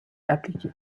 appliquée